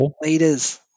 leaders